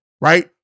right